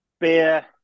Beer